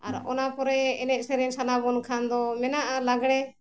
ᱟᱨ ᱚᱱᱟ ᱯᱚᱨᱮ ᱮᱱᱮᱡ ᱥᱮᱨᱮᱧ ᱥᱟᱱᱟᱵᱚᱱ ᱠᱷᱟᱱ ᱫᱚ ᱢᱮᱱᱟᱜᱼᱟ ᱞᱟᱜᱽᱲᱮ